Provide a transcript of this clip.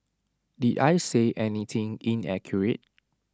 did I say anything inaccurate